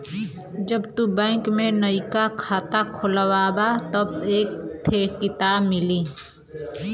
जब तू बैंक में नइका खाता खोलबा तब एक थे किताब मिली